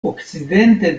okcidente